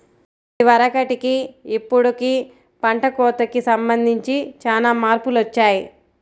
ఇదివరకటికి ఇప్పుడుకి పంట కోతకి సంబంధించి చానా మార్పులొచ్చాయ్